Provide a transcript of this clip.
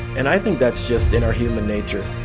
and i think that's just in our human nature.